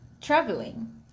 traveling